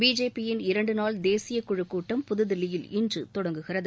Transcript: பிஜேபியின் இரண்டு நாள் தேசியக்குழுக் கூட்டம் புதுதில்லியில் இன்று தொடங்குகிறது